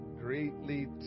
Greatly